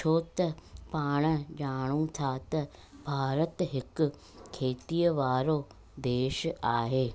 छो त पाण ॼाणूं था त भारत हिकु खेतीअ वारो देशु आहे